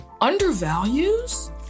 undervalues